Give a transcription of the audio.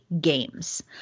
games